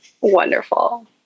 Wonderful